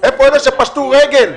איפה אלה שפשטו רגל?